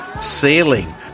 sailing